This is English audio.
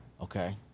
okay